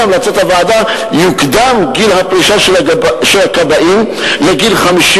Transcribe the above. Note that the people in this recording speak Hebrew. על-פי המלצות הוועדה יוקדם גיל הפרישה של הכבאים ל-57.